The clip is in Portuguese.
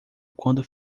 quando